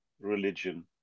religion